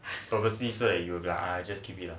probably so like ah just keep it